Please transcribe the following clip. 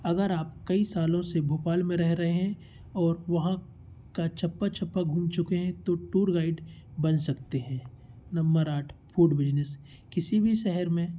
अगर आप कई सालों से भोपाल में रह रहे हैं ओर वहाँ का चप्पा चप्पा घूम चुके हैं तो टूर गाइड बन सकते हैं नंबर आठ फूड बिजनेस किसी भी शहर में